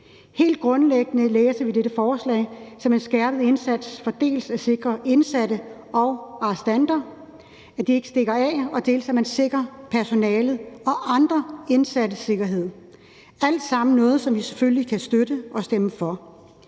Helt grundlæggende læser vi dette forslag som en skærpet indsats for dels at sikre, at indsatte og arrestanter ikke stikker af, dels at sikre personalet og andre indsatte. Det er alt sammen noget, som vi selvfølgelig kan støtte og stemme for.